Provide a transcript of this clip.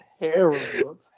terrible